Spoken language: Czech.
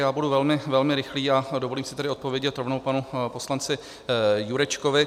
Já budu velmi, velmi rychlý a dovolím si tedy odpovědět rovnou panu poslanci Jurečkovi.